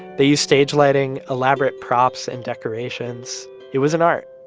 they used stage lighting, elaborate props and decorations. it was an art,